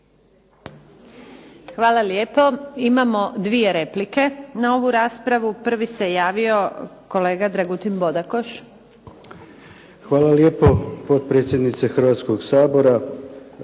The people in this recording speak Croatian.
Hvala lijepo. Imamo dvije replike na ovu raspravu. Prvi se javio kolega Dragutin Bodakoš. **Bodakoš, Dragutin (SDP)** Hvala lijepo potpredsjednice Hrvatskog sabora,